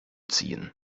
ziehen